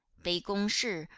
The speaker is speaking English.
bei gong shi,